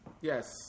Yes